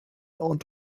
und